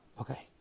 Okay